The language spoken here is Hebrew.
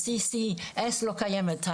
ה-CCS לא קיימת,